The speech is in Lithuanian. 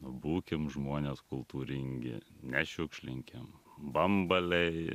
būkim žmonės kultūringi nešiukšlinkim bambaliai